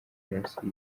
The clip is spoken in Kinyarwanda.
jenoside